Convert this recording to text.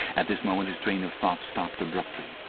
at this moment his train of thought stopped abruptly.